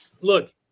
Look